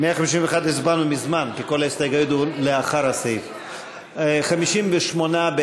הרשימה המשותפת לאחרי סעיף 151 לא נתקבלה.